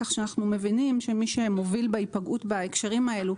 כך שאנחנו מבינים שמי שמוביל בהיפגעות בהקשרים האלה,